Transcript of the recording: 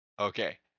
Okay